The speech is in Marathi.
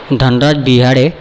धनराज बिहाडे